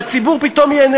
והציבור פתאום ייהנה